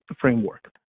framework